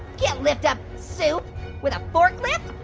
yeah lift up soup with a forklift.